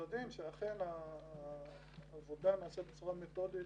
ומוודאים שאכן העבודה נעשית בצורה מתודית,